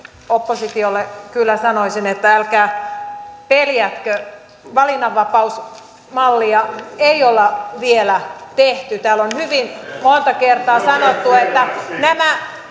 oppositiolle kyllä sanoisin että älkää peljätkö valinnanvapausmallia ei olla vielä tehty täällä on hyvin monta kertaa sanottu että nämä